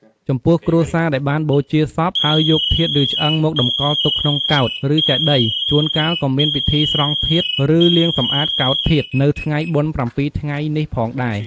ចំពោះគ្រួសារដែលបានបូជាសព ហើយយក ធាតុឬឆ្អឹង មកតម្កល់ទុកក្នុងកោដ្ឋ ឬចេតិយ ជួនកាលក៏មានពិធី ស្រង់ធាតុ ឬ លាងសម្អាតកោដ្ឋធាតុ នៅថ្ងៃបុណ្យប្រាំពីរថ្ងៃនេះផងដែរ។